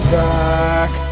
back